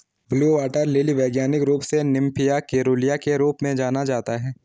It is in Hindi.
ब्लू वाटर लिली वैज्ञानिक रूप से निम्फिया केरूलिया के रूप में जाना जाता है